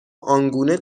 آنگونه